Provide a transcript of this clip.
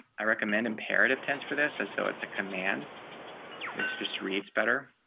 i recommend imperative tense for this, as though it's a command mistress reads better.